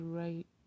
right